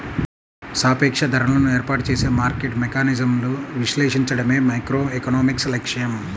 సాపేక్ష ధరలను ఏర్పాటు చేసే మార్కెట్ మెకానిజమ్లను విశ్లేషించడమే మైక్రోఎకనామిక్స్ లక్ష్యం